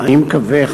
אני מקווה,